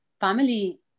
family